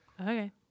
Okay